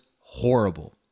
horrible